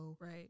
Right